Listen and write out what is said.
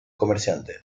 comerciantes